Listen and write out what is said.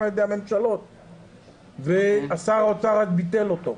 על ידי הממשלות ושר האוצר רק ביטל אותו.